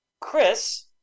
Chris